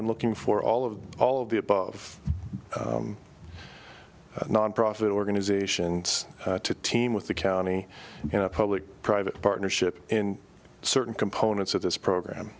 and looking for all of all of the above nonprofit organizations to team with the county public private partnership and certain components of this program